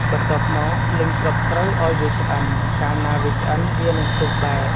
បន្ទាប់មកលីងគ្រាប់ស្រូវឱ្យវាឆ្អិន កាលណាវាឆ្អិន វានឹងផ្ទុះបែក។